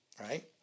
right